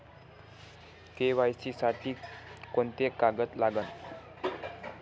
KYC साठी कोंते कागद लागन?